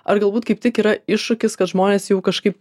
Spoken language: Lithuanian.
ar galbūt kaip tik yra iššūkis kad žmonės jau kažkaip